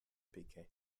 pékin